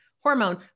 hormone